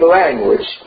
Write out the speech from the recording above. language